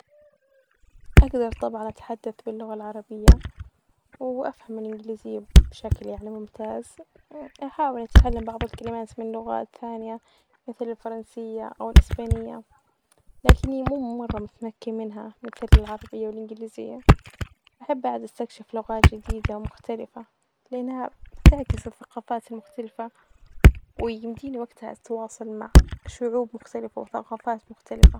أجدر طبعا أتحدث باللغة العربية، وأفهم الإنجليزية يعني بشكل ممتاز ،أ-أحاول أتعلم بعض الكلمات من لغة ثانية مثل الفرنسية، أو الأسبانية، لكن مو مرة متمكنة منها مثل العربية والإنجليزية.أحب أقعد أستكشف لغة جديدة مختلفة لأنها تعكس الثقافات المختلفة، ويديني وجت أتواصل مع شعوب مختلفة ،وثقافات مختلفة.